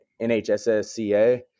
NHSSCA